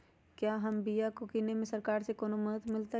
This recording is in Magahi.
क्या हम बिया की किने में सरकार से कोनो मदद मिलतई?